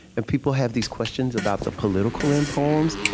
and people have these questions about the political in poems,